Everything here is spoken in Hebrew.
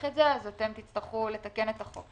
את זה אז אתם תצטרכו לתקן את החוק.